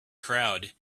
crowd